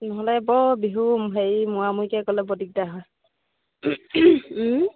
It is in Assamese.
নহ'লে বৰ বিহু হেৰি মূৰা মূৰিকে গ'লে বৰ দিগদাৰ হয়